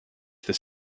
this